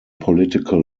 political